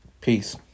Peace